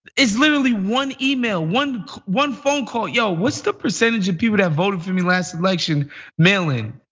it's literally one email, one one phone call. yeah what's the percentage of people that voted for me last election mail-in?